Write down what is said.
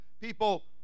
people